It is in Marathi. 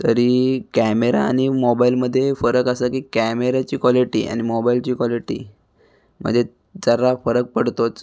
तरी कॅमेरा आणि मोबाईलमध्ये फरक असा की कॅमेऱ्याची क्वालिटी आणि मोबाईलची क्वालिटी मध्ये जरा फरक पडतोच